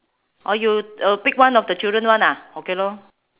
or you uh pick one of the children one ah okay lor